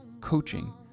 coaching